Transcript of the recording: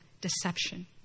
deception